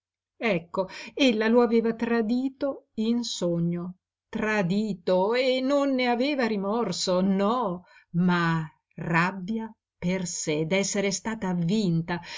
ecco ella lo aveva tradito in sogno tradito e non ne aveva rimorso no ma rabbia per sé d'essere stata vinta